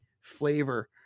flavor